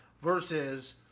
Versus